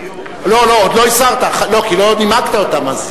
לא, לא, עוד לא הסרת, כי לא נימקת אותן.